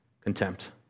contempt